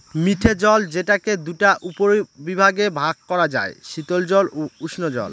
মিঠে জল যেটাকে দুটা উপবিভাগে ভাগ করা যায়, শীতল জল ও উষ্ঞজল